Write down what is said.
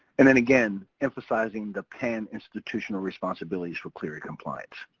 and then again, emphasizing the pan institutional responsibilities for clery compliance.